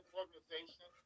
organization